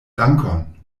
dankon